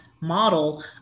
model